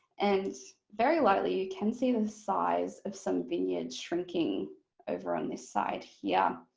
and very lightly you can see the size of some vineyards shrinking over on this side yeah